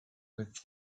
with